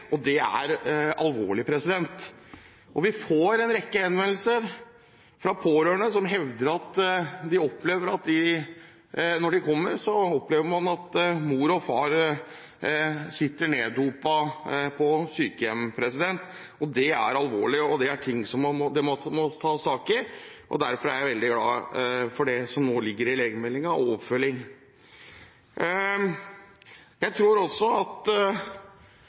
hevder at når de kommer, opplever de at mor og far sitter neddopet på sykehjemmet. Det er alvorlig, og det er noe som det må tas tak i. Derfor er jeg veldig glad for det som nå ligger i legemiddelmeldingen og oppfølgingen av den. Jeg tror også